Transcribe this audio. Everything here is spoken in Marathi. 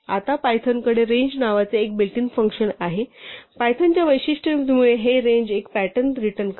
आता पायथन कडे रेंज नावाचे एक बिल्ट इन फ़ंक्शन आहे पायथन च्या वैशिष्ठतेमुळे हे रेंज एक रिटर्न करते